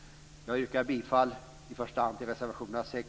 Jag yrkar i första hand bifall till reservationerna 6,